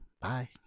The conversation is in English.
bye